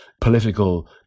political